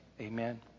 Amen